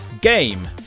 Game